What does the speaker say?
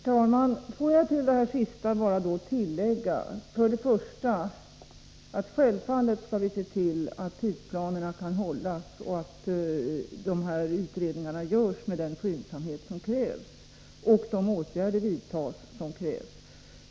Herr talman! Får jag till det sista bara tillägga följande. För det första: Självfallet skall vi se till att tidsplanerna kan hållas, att utredningarna görs med den skyndsamhet som krävs och att de åtgärder vidtas som erfordras.